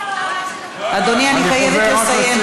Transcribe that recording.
אני, אדוני, אני חייבת לסיים.